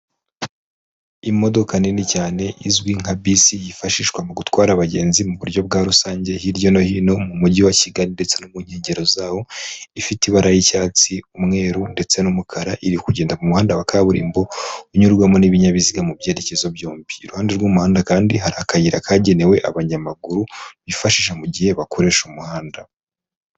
Imodoka nini cyane izwi nka bisi yifashishwa mu gutwara abagenzi mu buryo bwa rusange hirya no hino mu mujyi wa Kigali ndetse no mu nkengero zawo, ifite ibara ry'icyatsi, umweru ndetse n'umukara, iri kugenda mu muhanda wa kaburimbo unyurwamo n'ibinyabiziga mu byerekezo byombi, iruhande rw'umuhanda kandi hari akayira kagenewe abanyamaguru bifashisha mu gihe bakoresha umuhanda.